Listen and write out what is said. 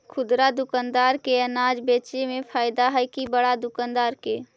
खुदरा दुकानदार के अनाज बेचे में फायदा हैं कि बड़ा दुकानदार के?